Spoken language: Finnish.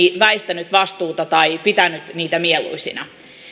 väistänyt vastuuta tai pitänyt niitä mieluisina